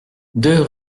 deux